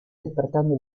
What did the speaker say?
despertando